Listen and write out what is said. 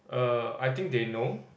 err I think they know